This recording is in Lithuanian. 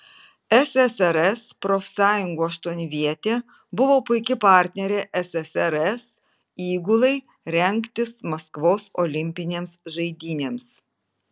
ssrs profsąjungų aštuonvietė buvo puiki partnerė ssrs įgulai rengtis maskvos olimpinėms žaidynėms